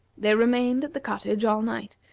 they remained at the cottage all night,